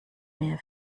mehr